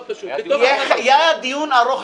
מאוד פשוט --- היה דיון ארוך,